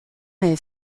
est